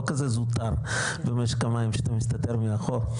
כזה זוטר במשק המים שאתה מסתתר מאחור,